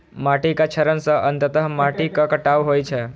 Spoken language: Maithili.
माटिक क्षरण सं अंततः माटिक कटाव होइ छै